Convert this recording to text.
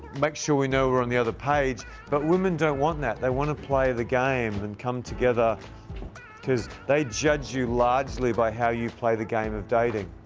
make sure we know we're on the page but women don't want that. they want to play the game and come together cause they judge you largely by how you play the game of dating.